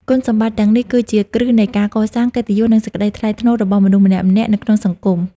គុណសម្បត្តិទាំងនេះ គឺជាគ្រឹះនៃការកសាង កិត្តិយស និង សេចក្តីថ្លៃថ្នូរ របស់មនុស្សម្នាក់ៗនៅក្នុងសង្គម។